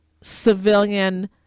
civilian